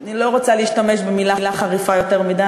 אני לא רוצה להשתמש במילה חריפה יותר מדי,